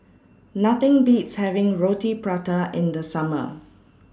Nothing Beats having Roti Prata in The Summer